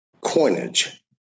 coinage